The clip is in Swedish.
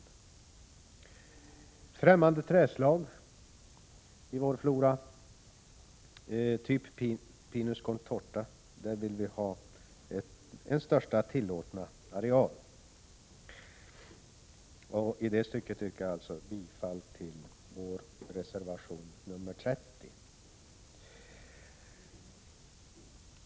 I fråga om främmande trädslag i vår flora, typ pinus contorta, vill vi ha en plan för största tillåtna areal. I det stycket yrkar jag bifall till vår reservation nr 30.